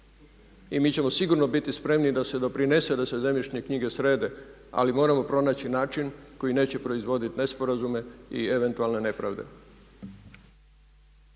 i mi ćemo sigurno biti spremni da se doprinese da se zemljišne knjige srede ali moramo pronaći način koji neće proizvodit nesporazume i eventualne nepravde.